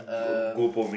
Goh-Bo-Peng